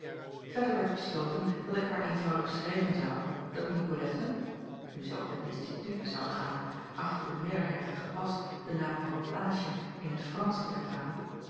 verder werd besloten dat ik haar eenvoudig schrijven zou dat nicolette nu zij op een institut zou gaan achtte de meerderheid het gepast den naam van klaasje in t fransch te vertalen